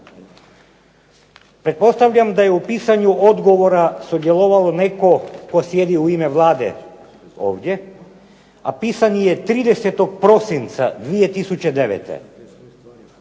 Pretpostavljam da je u pisanju odgovora sudjelovalo netko tko sjedi u ime Vlade ovdje, a pisani je 30. prosinca 2009.